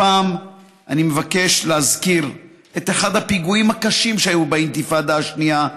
הפעם אני מבקש להזכיר את אחד הפיגועים הקשים שהיו באינתיפאדה השנייה,